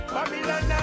Babylon